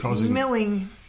Milling